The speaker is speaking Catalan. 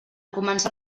començar